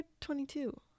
22